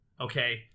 okay